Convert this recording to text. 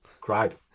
cried